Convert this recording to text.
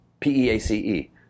P-E-A-C-E